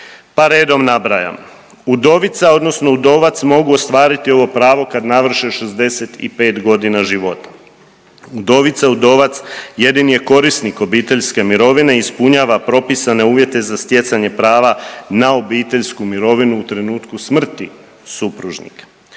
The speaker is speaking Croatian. pa redom nabrajam, udovica odnosno udovac mogu ostvariti ovo pravo kad navrše 65 godina života, udovica, udovac jedini je korisnik obiteljske mirovine i ispunjava propisane uvjete za stjecanje prava na obiteljsku mirovinu u trenutku smrti supružnika.